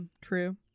True